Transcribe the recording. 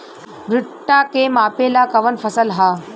भूट्टा के मापे ला कवन फसल ह?